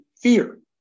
fear